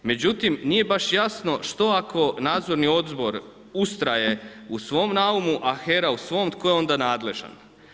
Međutim, nije baš jasno što ako nadzorni odbor ustraje u svom naumu a HERA u svom tko je onda nadležan.